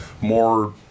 more